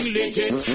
legit